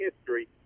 history